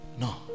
No